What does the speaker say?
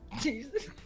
Jesus